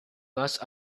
must